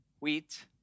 wheat